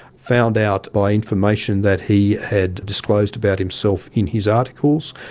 found out by information that he had disclosed about himself in his articles,